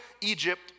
Egypt